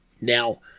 Now